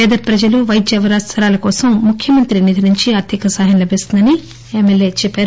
పేద పజలు వైద్య అవసరాల కోసం ముఖ్యమంతి నిధి నుంచి ఆర్థిక సాయం లభిస్తోందని ఎమ్మెల్యే చెప్పారు